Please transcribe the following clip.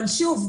אבל שוב,